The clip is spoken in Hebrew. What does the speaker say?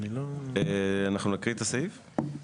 אנחנו נקריא את הסעיף?